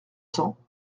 cents